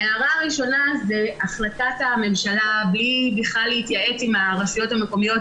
ההערה הראשונה זה החלטת הממשלה בלי להתייעץ עם הרשויות המקומיות,